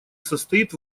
состоит